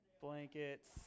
Blankets